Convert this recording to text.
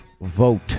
Vote